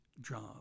job